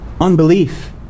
unbelief